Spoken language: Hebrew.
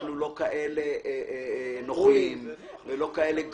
ואנחנו לא כאלה נוכלים ולא כאלה גרועים.